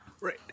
right